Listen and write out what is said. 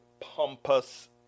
pompous